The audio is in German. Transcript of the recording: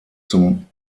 zum